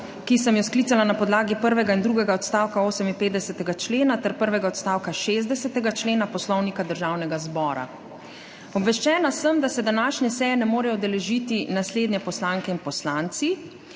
ki sem jo sklicala na podlagi prvega in drugega odstavka 58. člena ter prvega odstavka 60. člena Poslovnika Državnega zbora. Obveščena sem, da se današnje seje ne morejo udeležiti naslednje poslanke in poslanci: